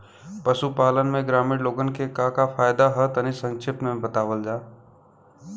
पशुपालन से ग्रामीण लोगन के का का फायदा ह तनि संक्षिप्त में बतावल जा?